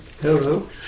Hello